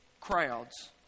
crowds